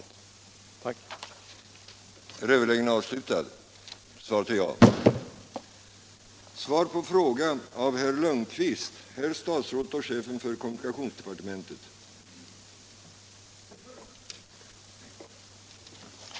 Tack!